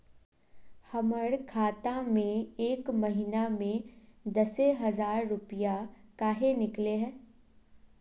हमर खाता में एक महीना में दसे हजार रुपया काहे निकले है?